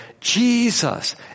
Jesus